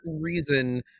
reason